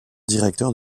directeur